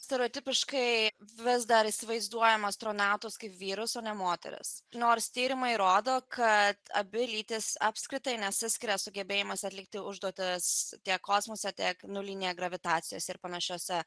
stereotipiškai vis dar įsivaizduojama astronautus kaip vyrus o ne moteris nors tyrimai rodo kad abi lytis apskritai nesiskiria sugebėjimas atlikti užduotis tiek kosmose tiek ir panašiose